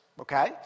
Okay